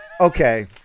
okay